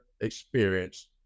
experience